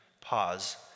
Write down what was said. Pause